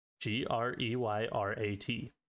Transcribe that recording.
G-R-E-Y-R-A-T